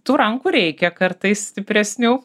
tų rankų reikia kartais stipresnių